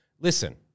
listen